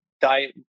diet